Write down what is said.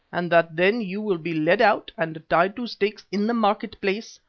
and that then you will be led out and tied to stakes in the market-place,